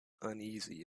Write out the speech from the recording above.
uneasy